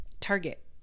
target